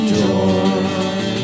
joy